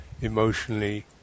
emotionally